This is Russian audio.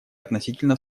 относительно